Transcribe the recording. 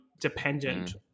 dependent